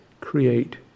create